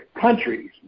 countries